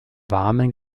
warmen